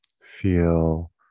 Feel